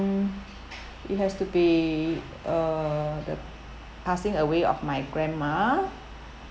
it has to be uh the passing away of my grandma